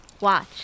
Watch